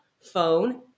phone